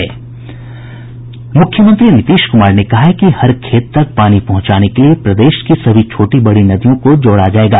मुख्यमंत्री नीतीश कुमार ने कहा है कि हर खेत तक पानी पहुंचाने के लिए प्रदेश की सभी छोटी बड़ी नदियों को जोड़ा जायेगा